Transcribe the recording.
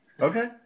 Okay